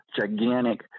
gigantic